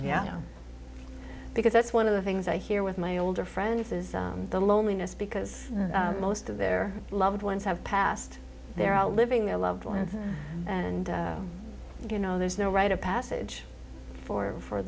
yeah because that's one of the things i hear with my older friends is the loneliness because most of their loved ones have passed their are living their loved ones and you know there's no rite of passage for for